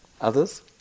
others